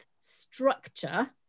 structure